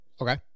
Okay